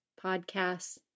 podcasts